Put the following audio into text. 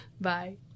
Bye